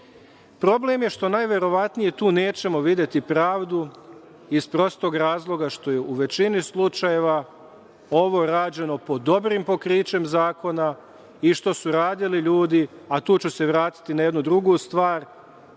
problem je što najverovatnije tu nećemo videti pravdu iz prostog razloga što je u većini slučajeva ovo rađeno pod dobrim pokrićem zakona i što su radili ljudi, a tu ću se vratiti na jednu drugu stvar. Kada